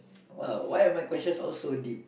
!wow! why are my question all so deep